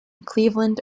cleveland